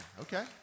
okay